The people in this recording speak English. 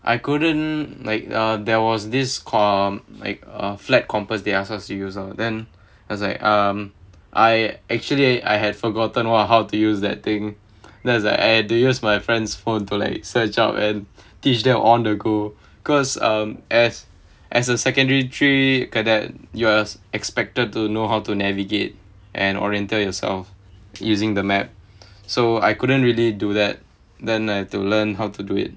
I couldn't like err there was this like a flat compass they asked us to use lor then it was like um I actually I had forgotten !wah! how to use that thing then it's like eh I had to use my friend's phone to like search up and teach them on the go because um as as a secondary three cadet you are expected to know how to navigate and orienteer yourself using the map so I couldn't really do that then I had to learn how to do it